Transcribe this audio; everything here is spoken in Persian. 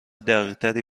دقیقتری